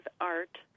art